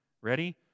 ready